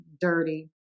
dirty